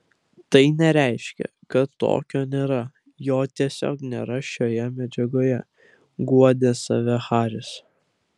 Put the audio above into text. tai nereiškia kad tokio nėra jo tiesiog nėra šioje medžiagoje guodė save haris